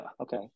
Okay